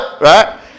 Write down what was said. right